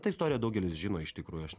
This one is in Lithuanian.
tą istoriją daugelis žino iš tikrųjų aš